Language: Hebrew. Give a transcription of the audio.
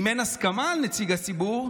אם אין הסכמה על נציג הציבור,